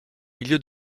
milieu